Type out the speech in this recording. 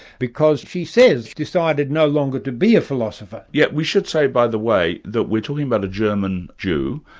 because she says she decided no longer to be a philosopher. yes. we should say by the way, that we're talking about a german jew,